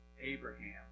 Abraham